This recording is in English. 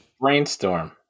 Brainstorm